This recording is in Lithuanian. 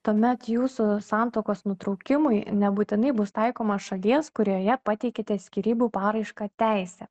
tuomet jūsų santuokos nutraukimui nebūtinai bus taikoma šalies kurioje pateikiate skyrybų paraišką teisę